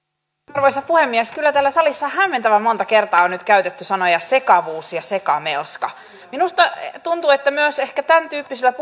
arvoisa puhemies kyllä täällä salissa hämmentävän monta kertaa on nyt käytetty sanoja sekavuus ja sekamelska minusta tuntuu ehkä myös että tämäntyyppisillä